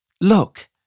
Look